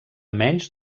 menys